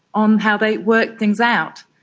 on how they worked things out.